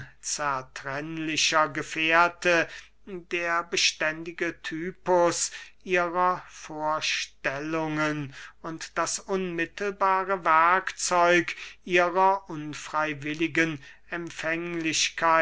unzertrennlicher gefährte der beständige typus ihrer vorstellungen und das unmittelbare werkzeug ihrer unfreywilligen